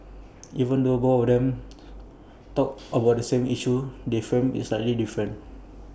even though both of them talked about the same issue they framed IT slightly different